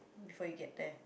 before you get there